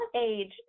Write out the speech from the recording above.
age